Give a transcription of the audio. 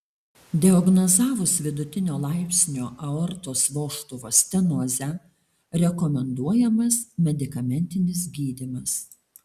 diagnozavus vidutinio laipsnio aortos vožtuvo stenozę rekomenduojamas medikamentinis gydymas